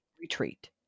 retreat